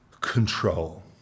control